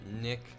Nick